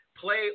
Play